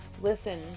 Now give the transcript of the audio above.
Listen